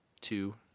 Two